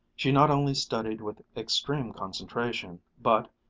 she not only studied with extreme concentration, but,